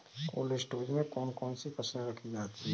Cold storage में कौन कौन सी फसलें रखी जाती हैं?